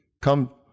come